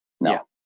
no